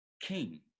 king